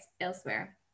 elsewhere